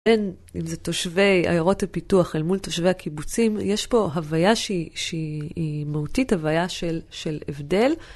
אם זה תושבי עיירות הפיתוח אל מול תושבי הקיבוצים, יש פה הוויה שהיא שהיא מהותית הוויה של של הבדל.